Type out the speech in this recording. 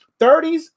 30s